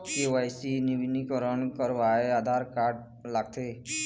KYC नवीनीकरण करवाये Aadhaar card लगथे?